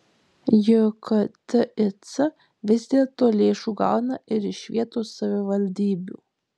juk tic vis dėlto lėšų gauna ir iš vietos savivaldybių